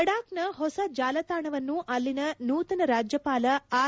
ಲಡಾಕ್ನ ಹೊಸ ಜಾಲತಾಣವನ್ನು ಅಲ್ಲಿನ ನೂತನ ಉಪರಾಜ್ಲಪಾಲ ಆರ್